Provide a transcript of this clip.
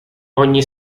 ogni